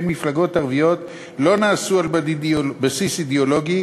מפלגות ערביות לא נעשו על בסיס אידיאולוגי.